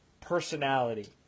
personality